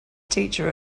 teacher